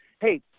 hey